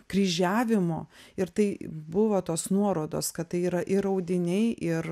kryžiavimo ir tai buvo tos nuorodos kad tai yra ir audiniai ir